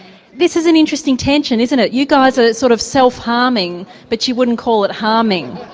this is an interesting tension, isn't it, you guys are sort of self-harming but you wouldn't call it harming.